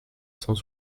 cent